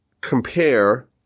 compare